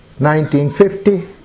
1950